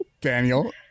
Daniel